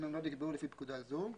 אם הם לא נקבעו לפי פקודה זו.